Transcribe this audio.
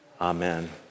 Amen